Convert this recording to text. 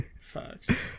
Facts